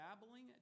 dabbling